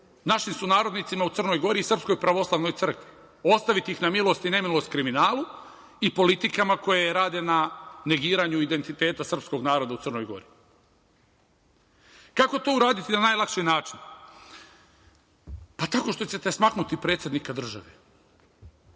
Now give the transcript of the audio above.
našim sunarodnicima u Crnoj Gori i SPC, ostaviti ih na milost i nemilost kriminalu i politikama koje rade na negiranju identiteta srpskog naroda u Crnoj Gori. Kako to uraditi na najlakši način? Pa, tako što ćete smaknuti predsednika države,